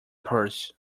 purse